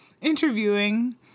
interviewing